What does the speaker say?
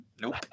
nope